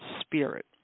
spirit